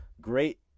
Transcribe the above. great